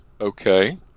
Okay